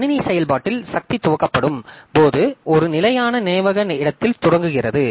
கணினி செயல்பாட்டில் சக்தி துவக்கப்படும் போது ஒரு நிலையான நினைவக இடத்தில் தொடங்குகிறது